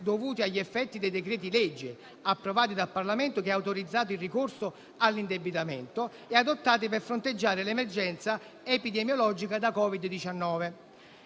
dovuti agli effetti dei decreti-legge convertiti dal Parlamento, che hanno autorizzato il ricorso all'indebitamento e adottati per fronteggiare l'emergenza epidemiologica da Covid-19.